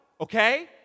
okay